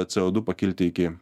co du pakilti iki